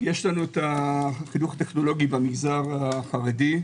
יש לנו חינוך טכנולוגי במגזר החרדי,